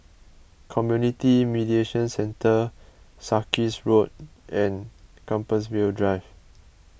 Community Mediation Centre Sarkies Road and Compassvale Drive